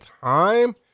time